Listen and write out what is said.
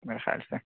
میرے خیال سے